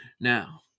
Now